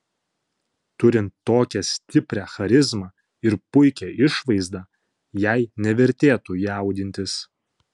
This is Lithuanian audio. turint tokią stiprią charizmą ir puikią išvaizdą jai nevertėtų jaudintis